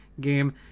game